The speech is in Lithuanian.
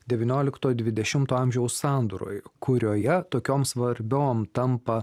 devyniolikto dvidešimto amžiaus sandūroj kurioje tokiom svarbiom tampa